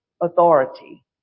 authority